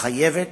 חייבת